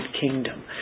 kingdom